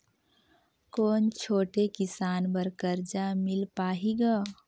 कौन छोटे किसान बर कर्जा मिल पाही ग?